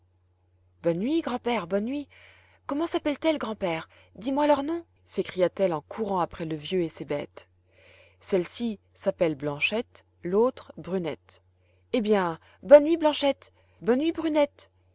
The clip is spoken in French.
bonne nuit grand-père bonne nuit comment sappellent elles grand-père dis-moi leurs noms s'écria-t-elle en courant après le vieux et ses bêtes celle-ci s'appelle blanchette l'autre brunette eh bien bonne nuit blanchette bonne nuit brunette